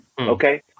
Okay